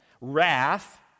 Wrath